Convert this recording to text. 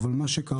אבל מה שקרה,